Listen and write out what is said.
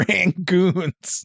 Rangoons